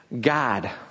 God